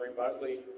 remotely